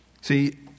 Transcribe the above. See